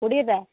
କୋଡ଼ିଏ ଟା